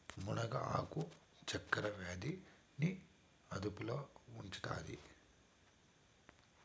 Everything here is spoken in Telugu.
మునగ ఆకు చక్కర వ్యాధి ని అదుపులో ఉంచుతాది